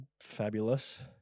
Fabulous